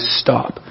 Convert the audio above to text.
stop